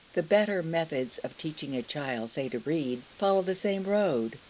the better methods of teaching a child, say, to read, follow the same road.